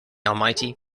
almighty